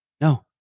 No